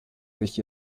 sich